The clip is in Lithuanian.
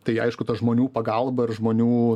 tai aišku ta žmonių pagalba ir žmonių